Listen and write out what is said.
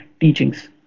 teachings